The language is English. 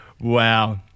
Wow